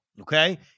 okay